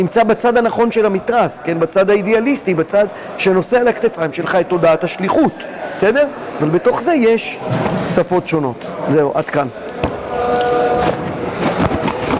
נמצא בצד הנכון של המתרס, בצד האידיאליסטי, בצד שנושא על הכתפיים שלך, את תודעת השליחות. בסדר? אבל בתוך זה יש שפות שונות. זהו, עד כאן.